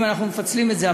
אם אנחנו מפצלים את זה,